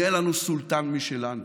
יהיה לנו סולטן משלנו.